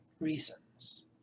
reasons